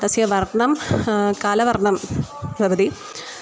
तस्य वर्णं कालवर्णं भवति